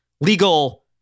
legal